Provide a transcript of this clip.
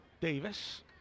davis